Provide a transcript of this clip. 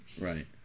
Right